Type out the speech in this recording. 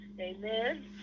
Amen